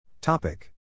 Topic